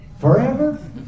Forever